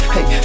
Hey